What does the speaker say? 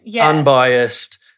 unbiased